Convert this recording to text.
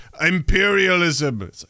imperialism